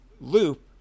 loop